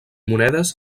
monedes